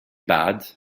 bad